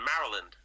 Maryland